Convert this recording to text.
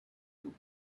you